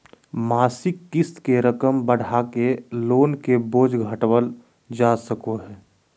मासिक क़िस्त के रकम बढ़ाके लोन के बोझ घटावल जा सको हय